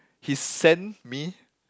he send me